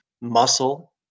muscle